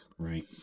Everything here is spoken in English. Right